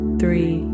three